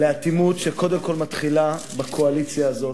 לאטימות שקודם כול מתחילה בקואליציה הזאת.